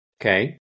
Okay